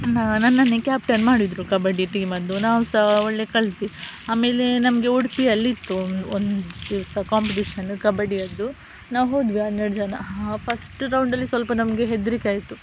ನನ್ನೇ ಕ್ಯಾಪ್ಟನ್ ಮಾಡಿದರು ಕಬಡ್ಡಿ ಟೀಮದ್ದು ನಾವು ಸಹ ಒಳ್ಳೆಯ ಕಲ್ತು ಆದ್ಮೇಲೆ ನಮಗೆ ಉಡುಪಿಯಲ್ಲಿತ್ತು ಒಂದು ದಿವಸ ಕಾಂಪಿಟೀಷನ್ ಕಬಡ್ಡಿಯದ್ದು ನಾವು ಹೋದ್ವಿ ಹನ್ನೆರ್ಡು ಜನ ಫಸ್ಟ್ ರೌಂಡಲ್ಲಿ ಸ್ವಲ್ಪ ನಮಗೆ ಹೆದರಿಕೆ ಆಯಿತು